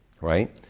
right